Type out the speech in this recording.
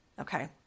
Okay